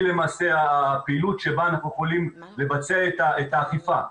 למעשה הפעילות שבה אנחנו יכולים לבצע את האכיפה.